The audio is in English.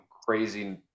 crazy